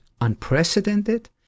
unprecedented